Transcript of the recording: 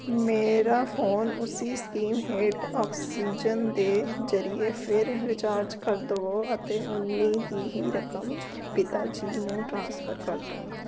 ਮੇਰਾ ਫੋਨ ਉਸੀ ਸਕੀਮ ਹੇਠ ਆਕਸੀਜਨ ਦੇ ਜ਼ਰੀਏ ਫਿਰ ਰਿਚਾਰਜ ਕਰ ਦੇਵੋ ਅਤੇ ਓਨੀ ਦੀ ਹੀ ਰਕਮ ਪਿਤਾ ਜੀ ਨੂੰ ਟ੍ਰਾਂਸਫਰ ਕਰ ਦਿਉ